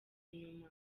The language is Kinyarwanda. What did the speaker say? nyuma